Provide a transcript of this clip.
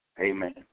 Amen